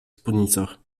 spódnicach